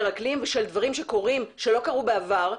אקלים ושל דברים שקורים ולא קרו בעבר,